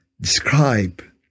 describe